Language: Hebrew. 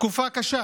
תקופה קשה